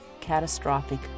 catastrophic